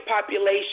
population